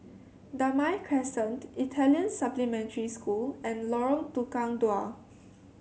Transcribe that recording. Damai Crescent Italian Supplementary School and Lorong Tukang Dua